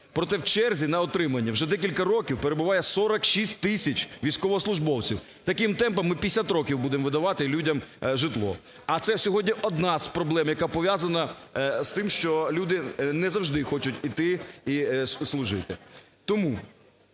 проте в черзі на отримання вже декілька років перебуває 46 тисяч військовослужбовців. Таким темпом ми 50 років будемо видавати людям житло. А це сьогодні одна з проблем, яка пов'язана з тим, що люди не завжди хочуть йти і служити.